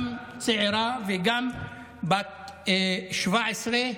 גם צעירה וגם בת 17,